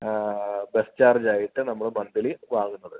bus charge ആയിട്ട് നമ്മൾ monthly വാങ്ങുന്നത്